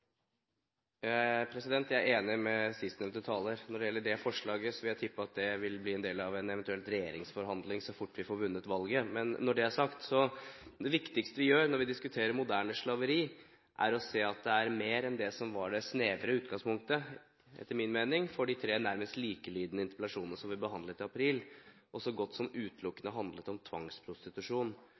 til. Jeg er enig med sistnevnte taler. Når det gjelder det forslaget, vil jeg tippe at det vil bli en del av en eventuell regjeringsforhandling så fort vi får vunnet valget. Men når det er sagt, det viktigste vi gjør når vi diskuterer moderne slaveri, er å se at det er mer enn det som etter min mening var det snevre utgangspunktet for de tre nærmest likelydende interpellasjonene som vi behandlet i april, som så godt som utelukkende handlet om tvangsprostitusjon.